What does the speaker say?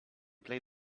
play